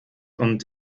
und